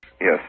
Yes